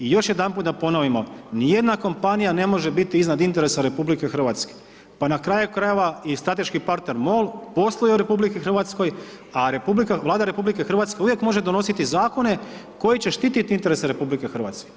I još jedanput da ponovimo, ni jedna kompanija ne može biti iznad interesa RH, pa na kraju krajeva i strateški partner MOL posluje u RH, a Vlada RH uvijek može donositi zakone koji će štititi interese RH.